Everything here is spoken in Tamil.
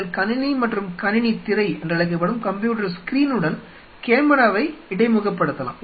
நீங்கள் கணினி மற்றும் கணினி திரையுடன் கேமராவை இடைமுகப்படுத்தலாம்